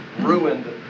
ruined